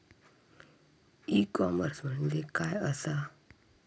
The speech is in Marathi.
ई कॉमर्स म्हणजे काय असा?